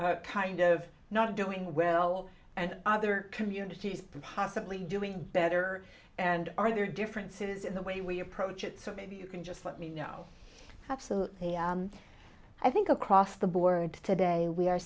kind of not doing well and other communities possibly doing better and are there differences in the way we approach it so maybe you can just let me know absolutely i think across the board today we are